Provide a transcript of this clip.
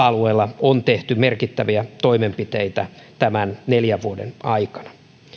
alueilla on tehty merkittäviä toimenpiteitä tämän neljän vuoden aikana